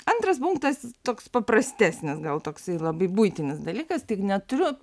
antras punktas toks paprastesnis gal toksai labai buitinis dalykas tik neturiu